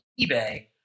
eBay